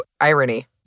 Irony